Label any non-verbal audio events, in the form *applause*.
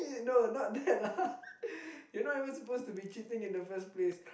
no not that lah *laughs* you're not supposed to be cheating in the first place